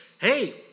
hey